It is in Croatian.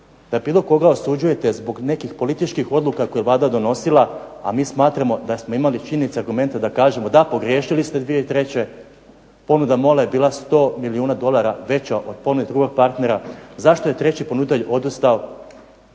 da bilo koga osuđujete zbog nekih političkih odluka koje je Vlada donosila, a mi smatramo da smo imali činjenice i argumente da kažemo da, pogriješili ste 2003., ponuda MOL-a je bila 100 milijuna dolara veća od ponude drugog partnera. Zašto je treći ponuditelj odustao,